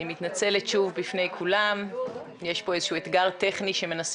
לקשר שבין התמכרויות ולבין הבריאות הנפשית וההכרח להשלים